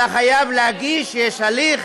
אתה חייב להגיש, יש הליך.